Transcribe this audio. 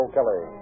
Kelly